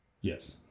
Yes